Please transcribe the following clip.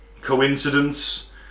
coincidence